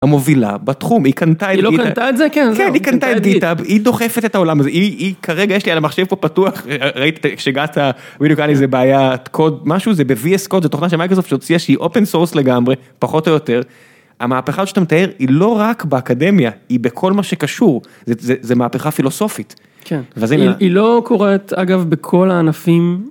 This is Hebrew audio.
המובילה בתחום, היא קנתה את גיטהאב, היא דוחפת את העולם, כרגע יש לי על המחשב פה פתוח, ראית כשהגעת בדיוק היה לי כאן איזה בעיה, קוד משהו זה בוויאס קוד, זה תוכנה של מייקרסופט שהוציאה שהיא אופן סורס לגמרי, פחות או יותר, המהפכה שאתה מתאר היא לא רק באקדמיה, היא בכל מה שקשור, זה מהפכה פילוסופית. כן, היא לא קורית אגב בכל הענפים.